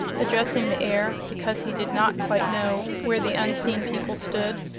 addressing the air because he did not quite know where the unseen people stood,